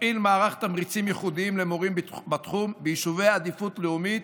מפעיל מערך תמריצים ייחודיים למורים בתחום ביישובי עדיפות לאומית,